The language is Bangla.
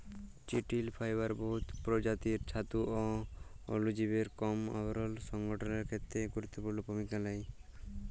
চিটিল ফাইবার বহুত পরজাতির ছাতু অ অলুজীবের কষ আবরল সংগঠলের খ্যেত্রে গুরুত্তপুর্ল ভূমিকা লেই